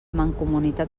mancomunitat